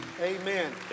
Amen